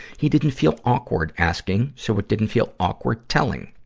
he didn't feel awkward asking, so it didn't feel awkward telling.